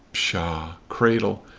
psha! cradle!